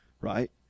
right